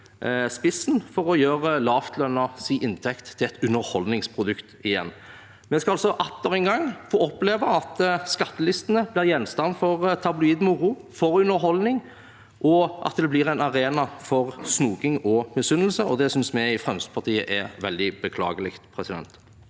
spissen for igjen å gjøre lavtløntes inntekt til et underholdningsprodukt. Vi skal altså atter en gang få oppleve at skattelistene blir gjenstand for tabloid moro og underholdning, og at det blir en arena for snoking og misunnelse, og det synes vi i Fremskrittspartiet er veldig beklagelig. Så blir det